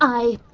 i.